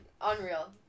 unreal